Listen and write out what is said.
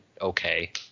okay